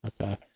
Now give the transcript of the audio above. Okay